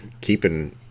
keeping